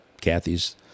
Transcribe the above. Kathy's